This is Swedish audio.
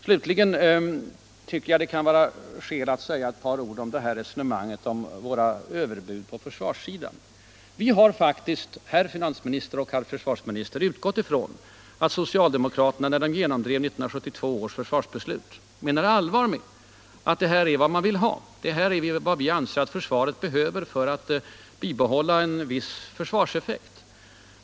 Slutligen tycker jag det kan vara skäl att säga ett par ord om resonemanget om våra överbud på försvarssidan. Vi har faktiskt, herr finansminister och herr försvarsminister, utgått ifrån att socialdemokraterna då de genomdrev 1972 års försvarsbeslut menade allvar när de sade: Det här är vad vi anser att försvaret behöver för att bibehålla en viss effekt.